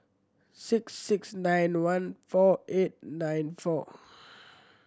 six six nine one four eight nine four